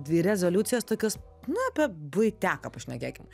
dvi rezoliucijos tokios na apie buiteką pašnekėkim